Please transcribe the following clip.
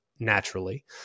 Naturally